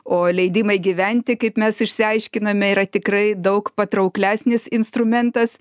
o leidimai gyventi kaip mes išsiaiškinome yra tikrai daug patrauklesnis instrumentas